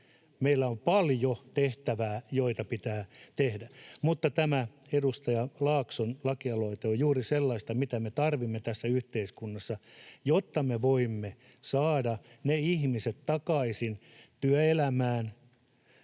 Meillä on paljon tehtävää, jota pitää tehdä, mutta tämä edustaja Laakson lakialoite on juuri sellaista, mitä me tarvitsemme tässä yhteiskunnassa, jotta me voimme saada ne ihmiset takaisin työelämään,